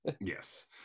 Yes